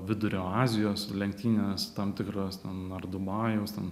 vidurio azijos lenktynės tam tikros nu ar dubajaus ten